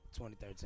2013